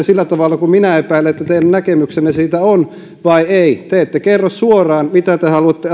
sillä tavalla kuin minä epäilen mikä teidän näkemyksenne siitä on te ette kerro suoraan mitä te haluatte